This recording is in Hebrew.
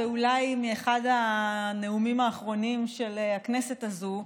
אולי באחד הנאומים האחרונים של הכנסת הזו,